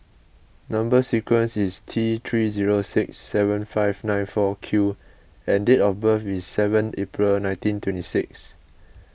Number Sequence is T three zero six seven five nine four Q and date of birth is seven April nineteen twenty six